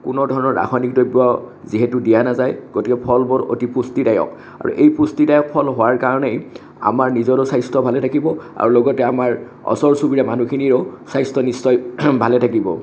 কোনঅ ধৰণৰ ৰাসায়নিক দ্ৰব্য যিহেতু দিয়া নাযায় গতিকে ফলবোৰ অতি পুষ্টিদায়ক আৰু এই পুষ্টিদায়ক ফল হোৱাৰ কাৰণেই আমাৰ নিজৰো স্বাস্থ্য ভালে থাকিব আৰু লগতে আমাৰ অচৰ চুবুৰীয়া মানুহখিনিৰো স্বাস্থ্য নিশ্চয় ভালে থাকিব